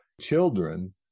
children